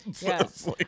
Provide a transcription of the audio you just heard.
Yes